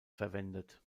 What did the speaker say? verwendet